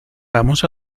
vamos